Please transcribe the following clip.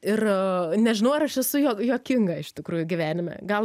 ir nežinau ar aš esu juo juokinga iš tikrųjų gyvenime gal